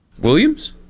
Williams